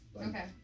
Okay